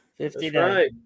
59